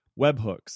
webhooks